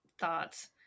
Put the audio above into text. thoughts